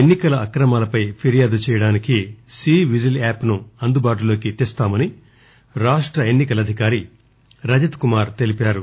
ఎన్ని కల అక్రమాలపై ఫిర్యాదు చేయడానికి సి విజిల్ యాప్ ను అందుబాటులోకి తెస్తామని రాష్ట ఎన్నికల అధికారి రజత్ కుమార్ తెలిపారు